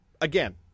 Again